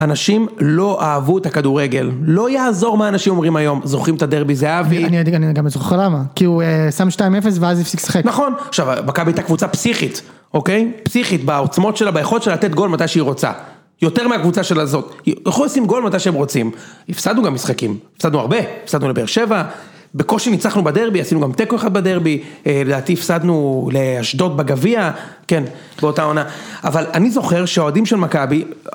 אנשים לא אהבו את הכדורגל. לא יעזור מה אנשים אומרים היום. זוכרים את הדרבי זהבי? אני יודע, אני גם זוכר למה. כי הוא שם 2-0 ואז הפסיק לשחק. -נכון. עכשיו, מכבי הייתה קבוצה פסיכית, אוקיי? פסיכית בעוצמות שלה, ביכולת שלה לתת גול מתי שהיא רוצה. יותר מהקבוצה של הזאת. הוא יכול לשים גול מתי שהם רוצים. הפסדנו גם משחקים. הפסדנו הרבה. הפסדנו לבאר שבע. בקושי ניצחנו בדרבי, עשינו גם תיקו אחד בדרבי. לדעתי, הפסדנו לאשדוד בגביע. כן, באותה עונה. אבל אני זוכר שהאוהדים של מכבי,